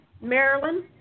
Maryland